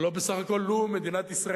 הלוא בסך הכול, לו הבינה